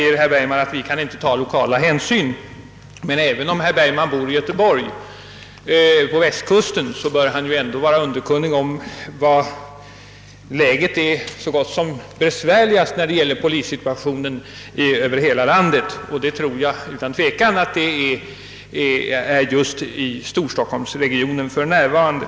Herr Bergman sade att man inte kan ta några lokala hänsyn, men även om herr Bergman bor på västkusten bör han ändå känna till var besvärligheterna är störst i landet. Det tror jag tveklöst vara just i storstockholmsregionen för närvarande.